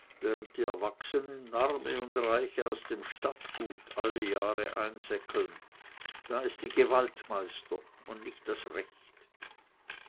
die erwachsenen arme und reiche aus dem stadtgut alle jahre einseckeln da ist die gewalt meister und nicht das recht